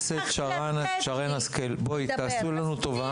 חברת הכנסת שרן השכל, בואי, תעשו לנו טובה.